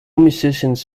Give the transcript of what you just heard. musicians